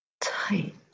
tight